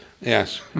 Yes